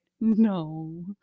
No